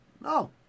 no